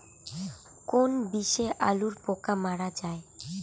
কোন বিষে আলুর পোকা মারা যায়?